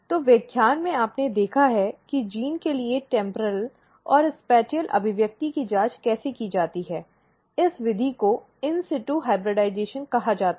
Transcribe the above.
तो व्याख्यान में आपने देखा है कि जीन के लिए टेम्पॅरॅल और स्थानिक अभिव्यक्ति की जांच कैसे की जाती है इस विधि को in situ hybridization कहा जाता है